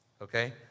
Okay